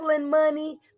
money